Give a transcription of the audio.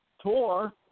tour